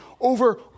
over